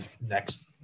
next